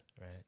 Right